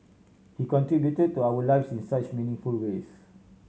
he contributed to our lives in such meaningful ways